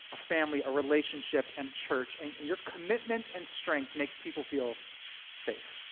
a family, a relationship and church and and your commitment and strength makes people feel safe.